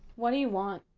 what do you want?